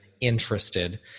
interested